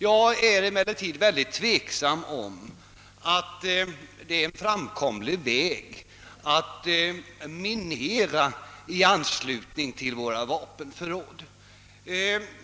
Jag är ytterst tveksam, om det är en framkomlig väg att minera marken i anslutning till våra militära förråd.